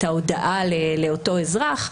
את ההודעה לאותו אזרח.